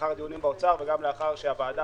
לאחר הדיונים באוצר וגם לאחר שהוועדה